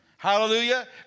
Hallelujah